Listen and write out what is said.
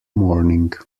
morning